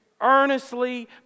earnestly